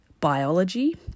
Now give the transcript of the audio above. biology